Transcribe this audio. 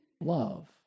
love